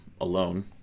alone